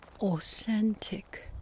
authentic